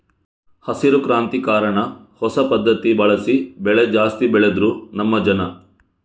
ಹಸಿರು ಕ್ರಾಂತಿ ಕಾರಣ ಹೊಸ ಪದ್ಧತಿ ಬಳಸಿ ಬೆಳೆ ಜಾಸ್ತಿ ಬೆಳೆದ್ರು ನಮ್ಮ ಜನ